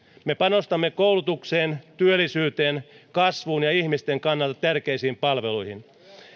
me panostamme koulutukseen työllisyyteen kasvuun ja ihmisten kannalta tärkeisiin palveluihin